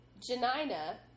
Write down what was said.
Janina